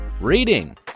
reading